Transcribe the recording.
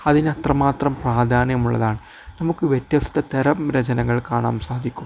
അതിന് അത്രമാത്രം പ്രാധാന്യമുള്ളതാണ് നമുക്ക് വ്യത്യസ്ത തരം രചനകൾ കാണാൻ സാധിക്കും